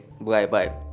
bye-bye